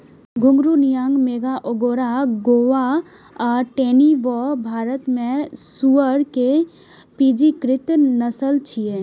घूंघरू, नियांग मेघा, अगोंडा गोवा आ टेनी वो भारत मे सुअर के पंजीकृत नस्ल छियै